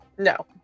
No